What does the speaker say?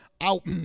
out